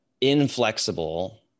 inflexible